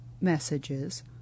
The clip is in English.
Messages